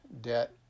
debt